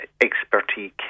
expertise